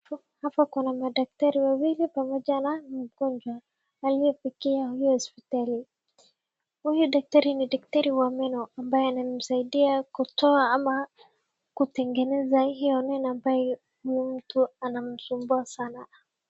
Hapo kuna madaktari wawili pamoja na mgonjwa aliyefikia hiyo hospitali. Huyu daktari ni daktari wa meno ambaye anamsaidia kutoa ama kutengeneza hiyo meno ambayo huyo mtu anamsumbua sana.